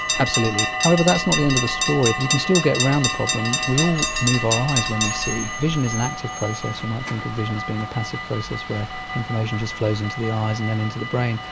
absolutely. however, that's not the end of the story. you can still get around the problem. we all move our eyes when we see, vision is an active process. you might think of vision as being a passive process where information just flows into the eyes and then into the brain,